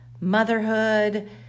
motherhood